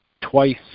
twice